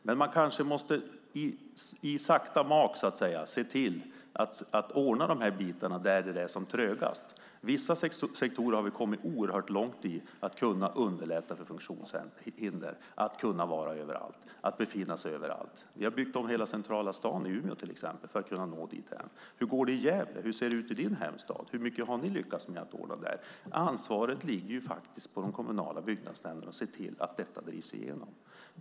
Men man måste i sakta mak se till att ordna dessa bitar där det är som trögast. Vissa sektorer har kommit långt för att underlätta för funktionshindrade att befinna sig överallt. Vi har byggt om hela centrala staden i Umeå för att nå dithän. Hur går det i Gävle? Hur ser det ut i din hemstad? Hur mycket har ni lyckats ordna där? Ansvaret ligger faktiskt på de kommunala byggnadsnämnderna att se till att detta drivs igenom.